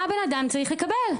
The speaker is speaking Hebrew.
מה הבנאדם צריך לקבל?